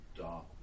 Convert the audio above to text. dark